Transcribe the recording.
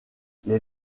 les